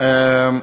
ברכה,